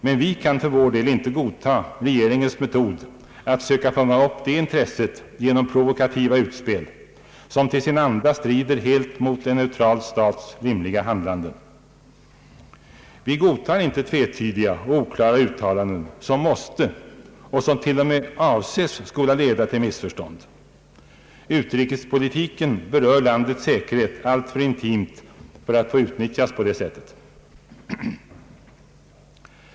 Men vi kan för vår del inte godta regeringens metod att söka fånga upp det intresset genom provokativa utspel, som till sin anda helt strider mot en neutral stats rimliga handlande. Vi godtar inte tvetydiga och oklara uttalanden som måste och som t.o.m. avses skola leda till missförstånd. Utrikespolitiken berör landets säkerhet alltför intimt för att få utnyttjas på det sättet.